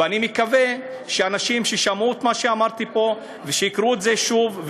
ואני מקווה שאנשים שמעו את מה שאמרתי פה ושיקראו את זה שוב,